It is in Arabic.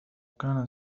كان